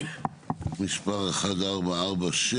מס' 1446,